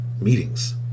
meetings